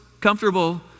comfortable